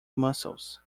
muscles